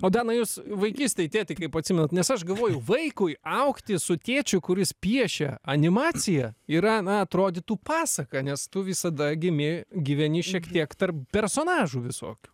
o danai jūs vaikystėj tėtį kaip atsimenat nes aš galvoju vaikui augti su tėčiu kuris piešia animaciją yra na atrodytų pasaka nes tu visada gimi gyveni šiek tiek tarp personažų visokių